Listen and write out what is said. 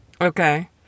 Okay